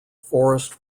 forest